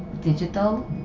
digital